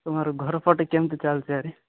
ତୁମର ଘର ପଟେ କେମିତି ଚାଲିଛି ଭାରି